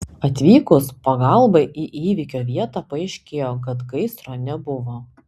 atvykus pagalbai į įvykio vietą paaiškėjo kad gaisro nebuvo